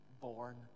born